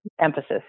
emphasis